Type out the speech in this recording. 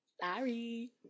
Sorry